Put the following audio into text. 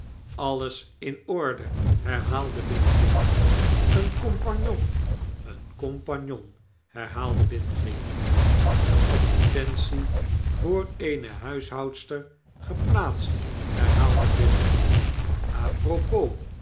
alles in orde herhaalde bintrey een compagnon een compagnon herhaalde bintrey de advertentie voor eene huishoudster geplaatst de advertentie voor eene huishoudster geplaatst herhaalde bintrey a propos